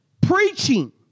preaching